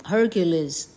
Hercules